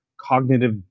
cognitive